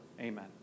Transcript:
Amen